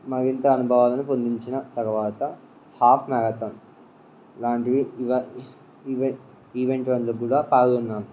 మరింత అనుభవాలను పొందిన తర్వాత హాఫ్ మ్యారథాన్ లాంటివి ఇవవ ఈవెంట్ వాటికి కూడా పాల్గొన్నాను